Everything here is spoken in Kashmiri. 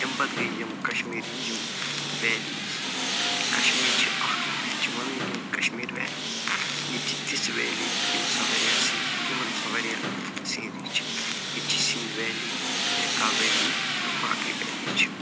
اَمہِ پتہٕ گٔے یِم کَشمیٖر ہٕنٛدۍ یِم ویلیٖز کَشمیٖر چھِ اَکھ یَتھ چھِ وَنٲنی کَشمیٖر ویلی ییٚتہِ چھِ تِژھ ویلی یُس ہسا واریاہ سیٖن یِم ہسا واریاہ سِیٖنری چھِ ییٚتہِ چھِ سِنٛدھ ویلی بیتاب ویلی یا باقٕے ویلی چھِ